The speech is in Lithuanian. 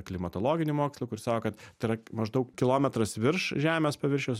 klimatologinių mokslų kur sako kad tai yra maždaug kilometras virš žemės paviršiaus